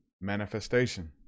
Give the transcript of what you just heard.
Manifestation